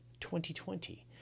2020